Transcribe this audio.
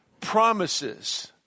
promises